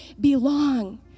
belong